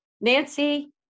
Nancy